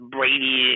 Brady